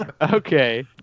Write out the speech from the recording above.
Okay